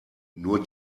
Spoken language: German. nur